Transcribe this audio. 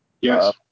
Yes